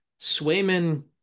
Swayman